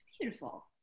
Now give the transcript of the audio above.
beautiful